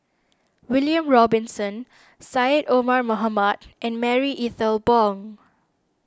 William Robinson Syed Omar Mohamed and Marie Ethel Bong